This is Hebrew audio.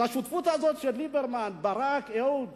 אז השותפות הזאת של ליברמן, אהוד